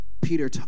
Peter